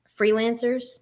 freelancers